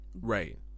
Right